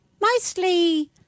mostly